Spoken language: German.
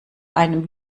einem